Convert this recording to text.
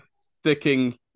sticking